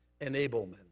enablement